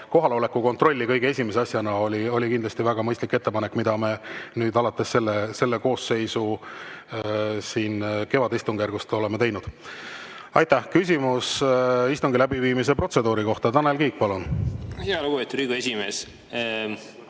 kohaloleku kontrolli kõige esimese asjana, oli kindlasti väga mõistlik ettepanek, ja seda me nüüd alates selle koosseisu kevadistungjärgust oleme teinud. Küsimus istungi läbiviimise protseduuri kohta, Tanel Kiik, palun! Lugupeetud Riigikogu esimees!